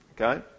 Okay